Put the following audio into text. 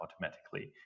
automatically